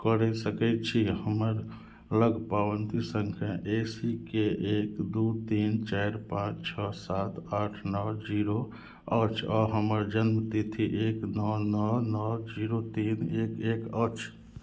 कऽ सकैत छी हमरा लग पावती संख्या ए सी के एक दू तीन चारि पाँच छओ सात आठ नओ जीरो अछि आ हमर जन्म तिथि एक नओ नओ नओ जीरो तीन एक एक अछि